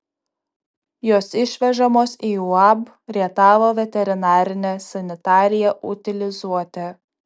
jos išvežamos į uab rietavo veterinarinę sanitariją utilizuoti